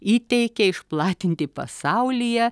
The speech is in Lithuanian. įteikė išplatinti pasaulyje